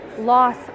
loss